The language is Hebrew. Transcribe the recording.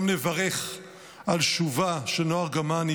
גם נברך על שובה של נועה ארגמני,